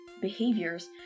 behaviors